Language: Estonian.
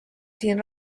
siin